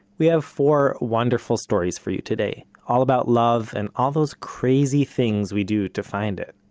we have four wonderful stories for you today all about love, and all those crazy things we do to find it,